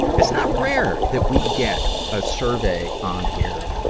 it's not rare that we get a survey on here,